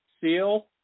Seal